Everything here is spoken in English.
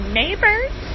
neighbors